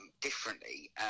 differently